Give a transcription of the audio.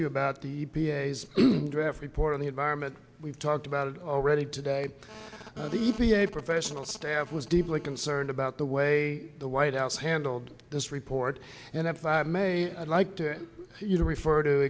you about the draft report on the environment we've talked about it already today the a professional staff was deeply concerned about the way the white house handled this report and if i may i'd like to you to refer to